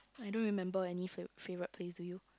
I don't remember any fav~ favourite place do you